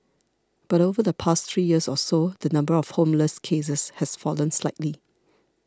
but over the past three years or so the number of homeless cases has fallen slightly